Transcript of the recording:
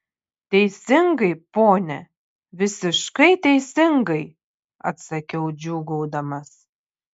teisingai pone visiškai teisingai atsakiau džiūgaudamas